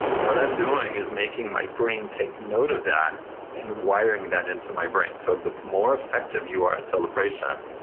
what i'm doing is making my brain take note of that and wiring that into my brain. so the more effective you are at celebration,